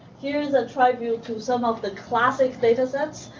here is a tribute to some of the classic datasets.